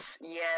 Yes